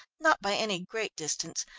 not by any great distance,